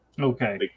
Okay